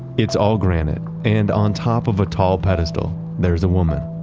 it's all granite and on top of a tall pedestal, there is a woman.